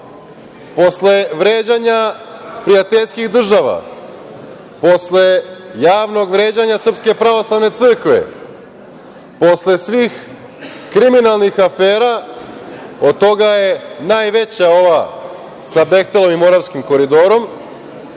posle vređanja prijateljskih država, posle javnog vređanja Srpske pravoslavne crkve, posle svih kriminalnih afera, od toga je najveća ova sa „Behtelovim“ Moravskim koridorom,